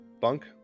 bunk